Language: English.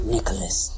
Nicholas